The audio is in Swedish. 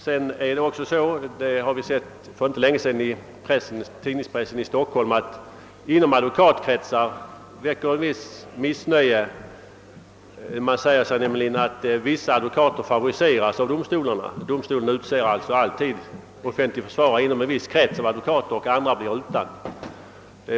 Det är också så — vilket framgått av uppgifter i stockholmspressen helt nyligen — att det inom advokatkretsar väcker ett visst missnöje att en del advokater anses favoriserade av domstolarna, som alltså skulle utse offentliga försvarare inom en viss grupp av advokater, medan andra ställs utanför.